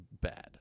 bad